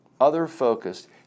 other-focused